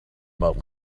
about